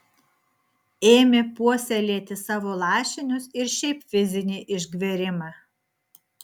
ėmė puoselėti savo lašinius ir šiaip fizinį išgverimą